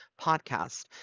podcast